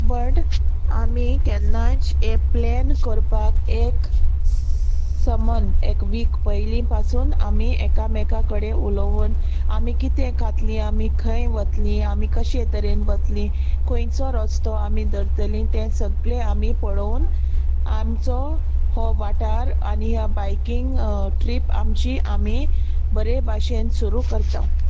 but आमी केन्नाच हें प्लेन करपाक एक समन एक वीक पयलीं पासून आमी एकामेका कडेन उलोवन आमी कितें खातलीं आमी खंय वतलीं आमी कशे तरेन वतलीं खुंयचो रस्तो आमी धरतलीं तें सगलें आमी पळोवन आमचो हो वाठार आनी ह्या बायकींग ट्रीप आमची आमी बरे भाशेन सुरू करतांव